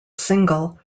single